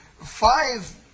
five